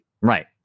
Right